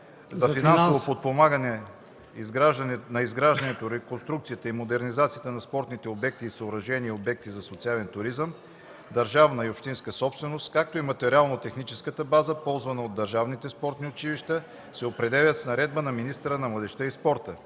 за финансово подпомагане на изграждането, реконструкцията и модернизацията на спортни обекти и съоръжения и обекти за социален туризъм – държавна и общинска собственост, както и материално-техническата база, ползвана от държавните спортни училища, се определят с наредба на министъра на младежта и спорта.